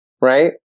right